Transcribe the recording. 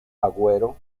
agüero